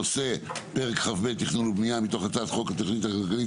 הנושא הוא פרק כ"ב (תכנון ובנייה) מתוך הצעת חוק התוכנית הכלכלית